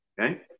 okay